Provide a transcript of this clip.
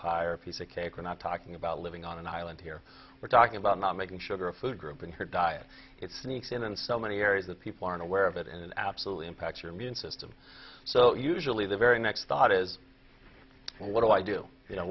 pie or a piece of cake we're not talking about living on an island here we're talking about not making sugar a food group in her diet it sneaks in and so many areas that people aren't aware of it and absolutely impacts your immune system so usually the very next thought is what do i do you know